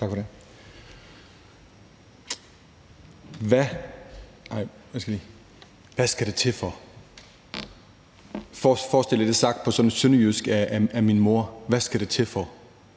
Ahlers (V): Hvad skal det til for? Forestil jer det sagt på sønderjysk af min mor: Hvad skal det til for?